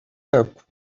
banco